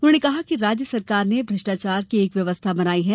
उन्होंने कहा कि राज्य सरकार ने भ्रष्टाचार की एक व्यवस्था बनाई है